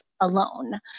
alone